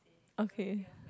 okay